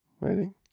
Waiting